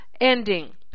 ending